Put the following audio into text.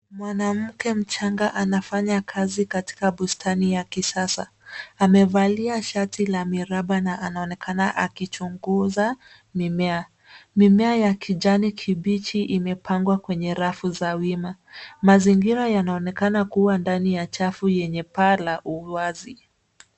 Mwanamke mchanga anafanya kazi katika bustani ya kisasa. Amevalia shati la miraba na anaonekana akichunguza mimea. Mimea ya kijani kibichi imepangwa kwenye rafu za wima. Mazingira yanaonekana kuwa ndani ya chafu yenye paa la uwazi.